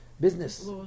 business